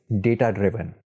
data-driven